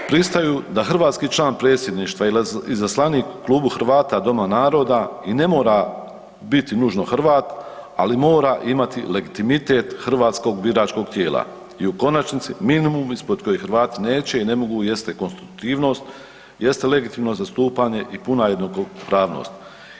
Pristaju da hrvatski član Predsjedništva, izaslanik u klubu Hrvata Doma naroda i ne mora biti nužno Hrvat ali mora imati legitimitet hrvatskog biračkog tijela i u konačnici, minimum ispod kojeg Hrvati neće i ne mogu jeste konstitutivnost, jeste legitimno zastupanje i puna jednakopravnost.